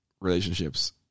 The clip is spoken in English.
relationships